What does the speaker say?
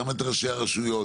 גם את ראשי הרשויות